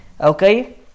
Okay